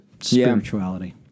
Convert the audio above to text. spirituality